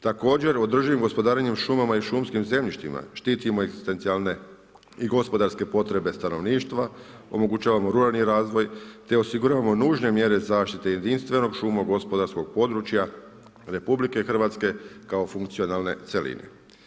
Također u održivom gospodarenju šumama i šumskim zemljištima, štitimo egzistencijalne i gospodarske potrebe stanovništva, omogućavamo ruralni razvoj te osiguravamo nužne mjere zaštite jedinstvenog šumarsko-gospodarskog područja RH kao funkcionalne cjeline.